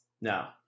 No